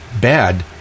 bad